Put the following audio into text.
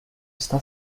está